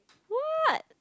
what